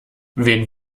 wen